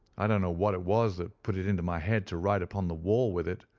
i don't know what it was that put it into my head to write upon the wall with it.